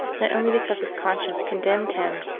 not only because his conscience condemned him,